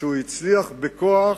שהוא הצליח בכוח,